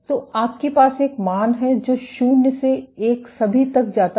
तो आपके पास एक मान है जो शून्य से एक सभी तक जाता है